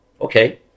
okay